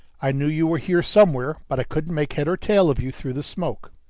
i knew you were here somewhere, but i couldn't make head or tail of you through the smoke.